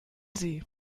sie